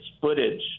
footage